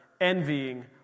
envying